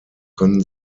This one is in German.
können